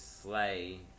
Slay